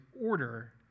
order